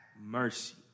mercy